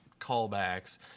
callbacks